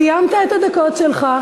סיימת את הדקות שלך.